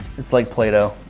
it's like play-doh.